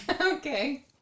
Okay